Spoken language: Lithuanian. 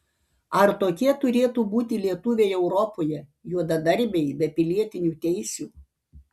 ar tokie turėtų būti lietuviai europoje juodadarbiai be pilietinių teisių